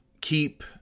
keep